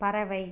பறவை